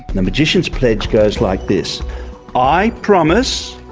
the magician's pledge goes like this i promise,